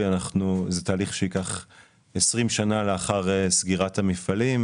זה תהליך שייקח 20 שנה לאחר סגירת המפעלים,